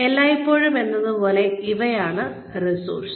എല്ലായ്പ്പോഴും എന്നപോലെ ഇവ ആണ് റിസോഴ്സസ്